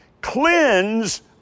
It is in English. cleanse